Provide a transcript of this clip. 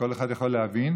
כל אחד יכול להבין,